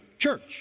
church